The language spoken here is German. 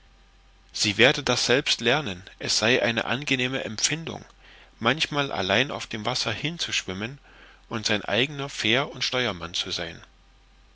sie werde das selbst lernen es sei eine angenehme empfindung manchmal allein auf dem wasser hinzuschwimmen und sein eigner fähr und steuermann zu sein